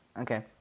Okay